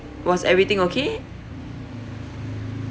was everything okay